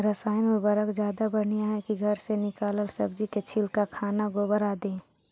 रासायन उर्वरक ज्यादा बढ़िया हैं कि घर से निकलल सब्जी के छिलका, खाना, गोबर, आदि?